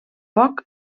poc